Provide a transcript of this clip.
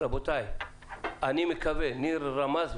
ניר רמז,